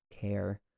care